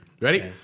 Ready